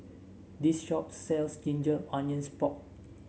this shop sells Ginger Onions Pork